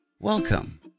Welcome